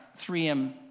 3M